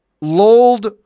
lulled